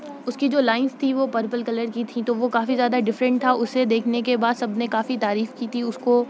اس کی جو لائنس تھیں وہ پرپل کلر کی تھیں تو وہ کافی زیادہ ڈفرنٹ تھا اسے دیکھنے کے بعد سب نے کافی تعریف کی تھی اس کو